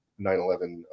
9-11